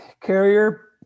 carrier